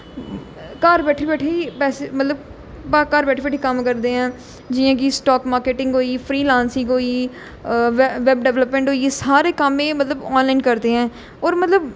घर बैठी बैठी अस मतलब घर घर बैठी बैठी कम्म करदे ऐं जियां कि स्टाक मार्कटिंग होई गेई फ्रीलांसिंग होई गेई बेब डेवलपमेंट होई गेई सारे कम्म एह् मतलब आनलाइन करदे ऐ होर मतलब